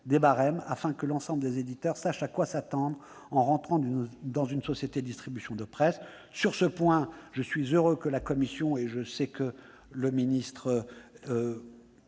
des barèmes, afin que l'ensemble des éditeurs sache à quoi s'attendre en rentrant dans une société de distribution de presse. Sur ce point, je suis heureux que la commission nous ait suivis. M. le ministre